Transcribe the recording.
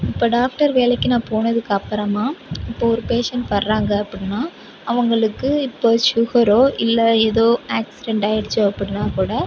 இப்போ டாக்டர் வேலைக்கு நான் போனதுக்கப்புறமா இப்போ ஒரு பேஷண்ட் வராங்க அப்படினா அவங்களுக்கு இப்போ ஷுகரோ இல்லை எதோ ஆக்சிடெண்ட் ஆயிடுச்சு அப்படினா கூட